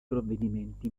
provvedimenti